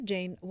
Jane